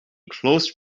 close